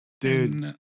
dude